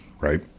Right